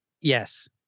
yes